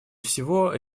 всего